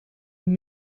een